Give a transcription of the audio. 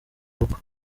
koko